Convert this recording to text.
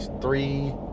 three